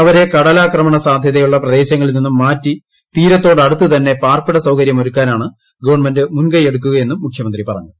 അവരെ കടലാക്രമണ സാധ്യതയുള്ള പ്രദേശങ്ങളിൽ നിന്നും മാറ്റി തീരത്തോടടുത്ത് തന്നെ പാർപ്പിട സൌകര്യമൊരുക്കാനാണ് ഗവൺമെന്റ് മുൻകൈയ്യെടുക്കുകയെന്നും മുഖ്യമന്ത്രി പറഞ്ഞു